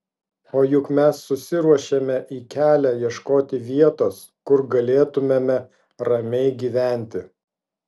o juk mes susiruošėme į kelią ieškoti vietos kur galėtumėme ramiai gyventi